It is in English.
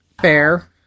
Fair